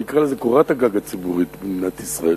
אני אקרא לזה קורת-הגג הציבורית במדינת ישראל,